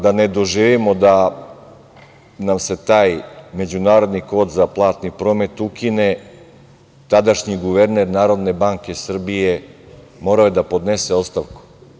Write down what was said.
Da ne doživimo da nam se taj međunarodni kod za platni promet ukine, tadašnji guverner Narodne banke Srbije morao je da podnese ostavku.